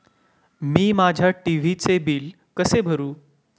मी माझ्या टी.व्ही चे बिल कसे भरू?